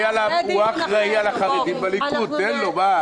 הוא אחראי על החרדים בליכוד, תן לו.